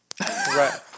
Right